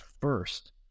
first